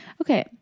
Okay